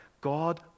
God